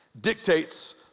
dictates